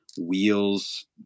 Wheels